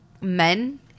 men